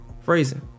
Phrasing